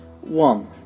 One